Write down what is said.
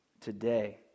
Today